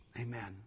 Amen